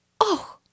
Oh